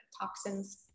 toxins